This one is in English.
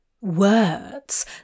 Words